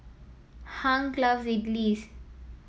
Hank loves Idilis